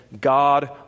God